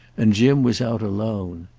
and jim was out alone.